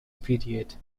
period